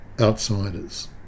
outsiders